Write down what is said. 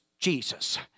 Jesus